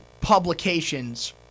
publications